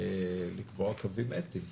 לקבוע קווים אתיים?